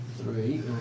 three